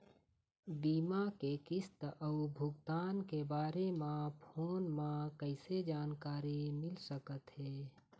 बीमा के किस्त अऊ भुगतान के बारे मे फोन म कइसे जानकारी मिल सकत हे?